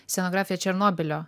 scenografiją černobylio